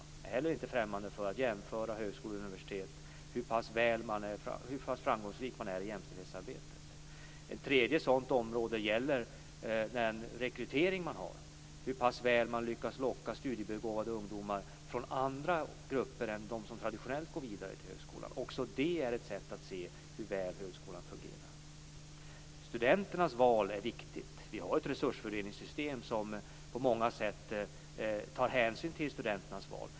Jag är inte heller främmande för att jämföra högskolor och universitet utifrån hur pass framgångsrika man är i jämställdhetsarbetet. Ett tredje sådant område gäller den rekrytering man har, hur pass väl man lyckas locka studiebegåvade ungdomar från andra grupper än de som traditionellt går vidare till högskolan. Också det är ett sätt att se hur väl högskolan fungerar. Studenternas val är viktigt. Vi har ett resursfördelningssystem som på många sätt tar hänsyn till studenternas val.